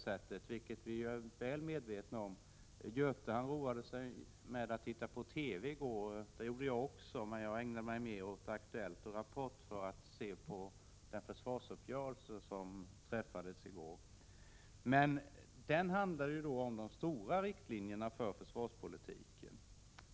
Göthe Knutson roade sig med att titta på TV i går. Det gjorde jag också, men jag ägnade mig mera åt Aktuellt och Rapport som tog upp den försvarsuppgörelse som träffades i går. Den handlar ju om de stora riktlinjerna för försvarspolitiken.